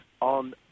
on